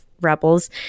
Rebels